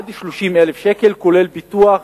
עד 30,000 שקל, כולל פיתוח,